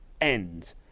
end